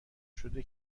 شده